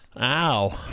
Ow